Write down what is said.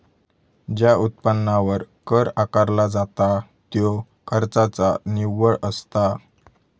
ज्या उत्पन्नावर कर आकारला जाता त्यो खर्चाचा निव्वळ असता